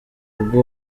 ubwo